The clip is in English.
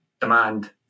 demand